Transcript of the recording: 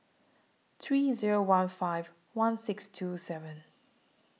three Zero one five one six two seven